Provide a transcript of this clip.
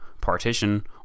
partition